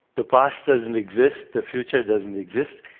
the past doesn't exist. the future doesn't exist.